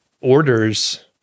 orders